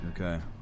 Okay